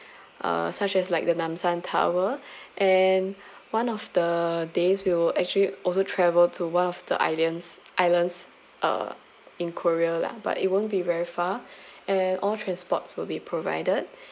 uh such as like the namsan tower and one of the days we'll actually also travel to one of the islands islands uh in korea lah but it won't be very far and all transports will be provided